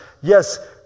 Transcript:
yes